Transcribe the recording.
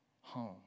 home